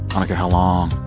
i don't care how long.